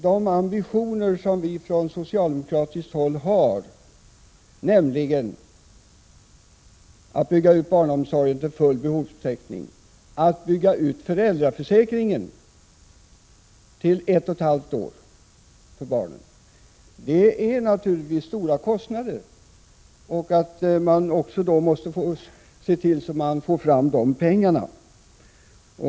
De ambitioner som vi från socialdemokratiskt håll har — nämligen att bygga ut barnomsorgen till full behovstäckning och att bygga ut föräldraförsäkringen så att den omfattar tiden fram tills barnet är ett och ett halvt år — innebär naturligtvis mycket stora kostnader. Man måste då naturligtvis se till att man får fram de pengarna.